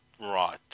Right